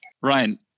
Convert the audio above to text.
Ryan